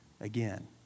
again